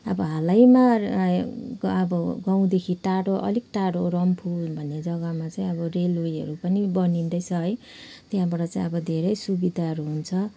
अब हालैमा अब गाउँदेखि टाढो अलिक टाढो रम्फू भन्ने जग्गामा चाहिँ अब रेलवेहरू पनि बनिँदैछ है त्यहाँबाट चाहिँ अब धेरै सुविधाहरू हुन्छ